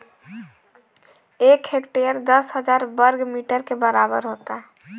एक हेक्टेयर दस हजार वर्ग मीटर के बराबर होता है